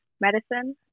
medicine